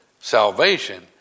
salvation